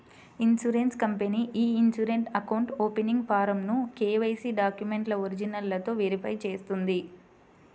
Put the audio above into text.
insurance company ఇ insurance account opening ఫారమ్ను KYC డాక్యుమెంట్ల ఒరిజినల్లతో వెరిఫై చేస్తుంది